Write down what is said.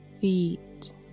feet